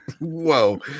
Whoa